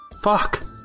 Fuck